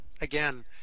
again